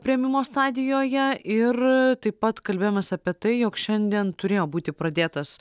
priėmimo stadijoje ir taip pat kalbėjomės apie tai jog šiandien turėjo būti pradėtas